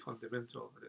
fundamental